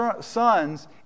sons